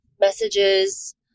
messages